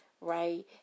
right